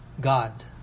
God